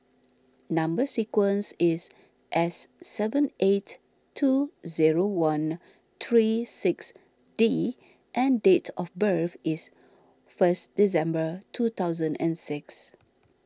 Number Sequence is S seven eight two zero one three six D and date of birth is first December two thousand and six